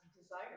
desire